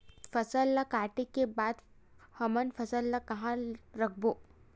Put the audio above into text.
फसल ला काटे के बाद हमन फसल ल कहां रखबो?